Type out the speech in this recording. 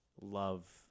love